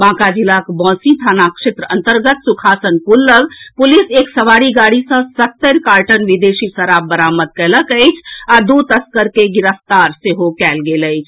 बांका जिलाक बौंसी थाना क्षेत्र अंतर्गत सुखासन पुल लऽग पुलिस एक सवारी गाड़ी सॅ सत्तरि कार्टन विदेशी शराब बरामद कयलक अछि आ दू तस्कर के गिरफ्तार सेहो कयल गेल अछि